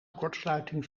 kortsluiting